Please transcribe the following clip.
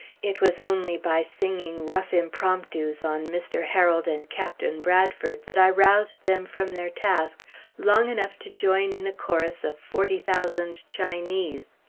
it was only by singing rough impromptus on mr. harold and captain bradford that i roused them from their task long enough to join in a chorus of forty thousand chinese.